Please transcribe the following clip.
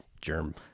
germ